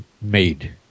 made